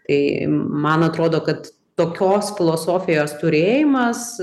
tai man atrodo kad tokios filosofijos turėjimas